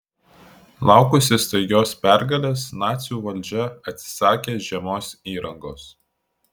laukusi staigios pergalės nacių valdžia atsisakė žiemos įrangos